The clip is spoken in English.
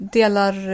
delar